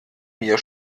mir